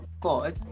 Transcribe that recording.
God